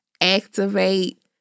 activate